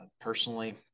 personally